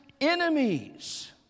enemies